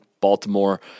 Baltimore